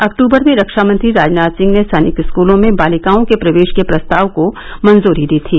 अक्टूबर में रक्षामंत्री राजनाथ सिंह ने सैनिक स्कूलों में बालिकाओं के प्रवेश के प्रस्ताव को मंजूरी दी थी